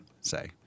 Say